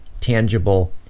tangible